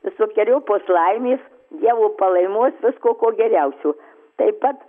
visokeriopos laimės dievo palaimos visko ko geriausio taip pat